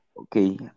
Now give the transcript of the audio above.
okay